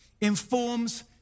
informs